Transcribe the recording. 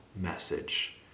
message